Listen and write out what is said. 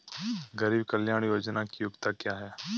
गरीब कल्याण योजना की योग्यता क्या है?